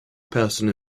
person